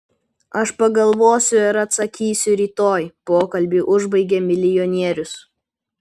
aš pagalvosiu ir atsakysiu rytoj pokalbį užbaigė milijonierius